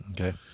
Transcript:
Okay